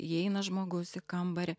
įeina žmogus į kambarį